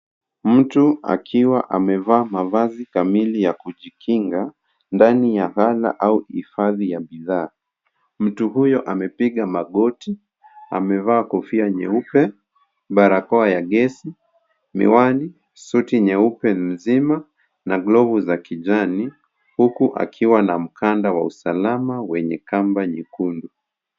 Mtu akiwa amevaa mavazi kamili ya kujikinga, ndani ya gala au hifadhi ya bidhaa. Mtu huyo amepiga magoti, amevaa kofia nyeupe, barakoa ya gesi, miwani, suti nyeupe nzima na glovu za kijani, huku akiwa na mkanda wa usalama wenye kamba nyekundu.